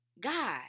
God